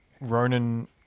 Ronan